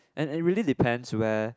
and and it really depends where